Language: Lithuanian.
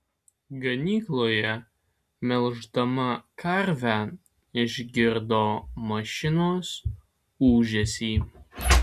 ganykloje melždama karvę išgirdo mašinos ūžesį